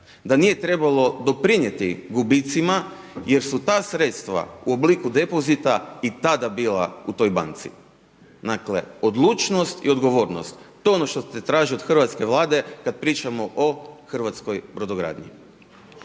da nije trebalo doprinijeti gubicima jer su ta sredstva u obliku depozita i tada bila u toj banci. Dakle odlučnost i odgovornost. To je ono što se traži od hrvatske vlade kad pričamo o hrvatskoj brodogradnji.